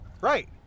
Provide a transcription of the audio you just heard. Right